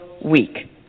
week